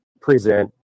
present